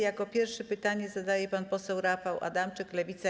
Jako pierwszy pytanie zadaje pan poseł Rafał Adamczyk, Lewica.